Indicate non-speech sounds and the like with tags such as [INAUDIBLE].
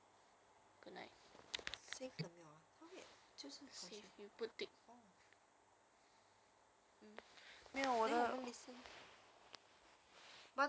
but I like taiwanese chinese quite mm [NOISE] 那个音调很好听繁体字 mm